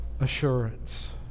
assurance